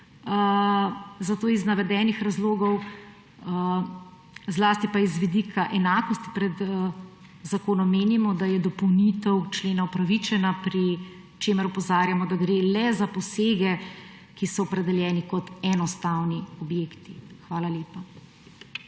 Zato iz navedenih razlogov, zlasti pa z vidika enakosti pred zakonom menimo, da je dopolnitev člena upravičena, pri čemer opozarjamo, da gre le za posege, ki so opredeljeni, kot enostavni objekti. Hvala lepa.